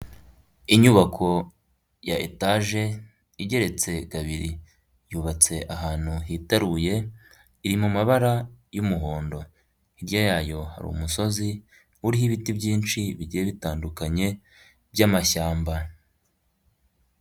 Inyubako ya etaje igeretse kabiri, yubatse ahantu hitaruye, iri mu mabara y'umuhondo, hirya yayo hari umusozi uriho ibiti byinshi bigiye bitandukanye by'amashyamba.